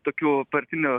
tokių partinių